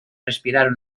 respirar